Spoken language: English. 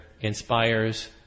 inspires